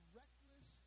reckless